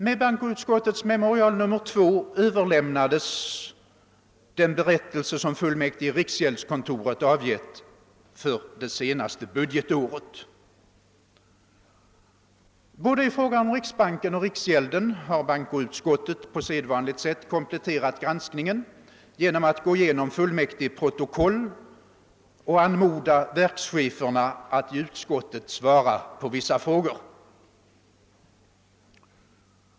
Med bankoutskottets memorial nr 2 överlämnades den berättelse som fullmäktige i riksgäldskontoret avgivit för det senaste budgetåret. Både i fråga om riksbanken och riksgälden har bankoutskottet på sedvanligt sätt kompletterat granskningen genom att gå igenom fullmäktigeprotokoll och anmoda verkscheferna att i utskottet svara på vissa frågor.